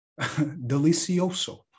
delicioso